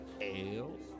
ale